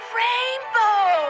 rainbow